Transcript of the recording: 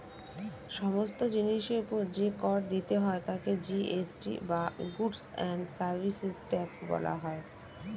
সমস্ত জিনিসের উপর যে কর দিতে হয় তাকে জি.এস.টি বা গুডস্ অ্যান্ড সার্ভিসেস ট্যাক্স বলা হয়